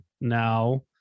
now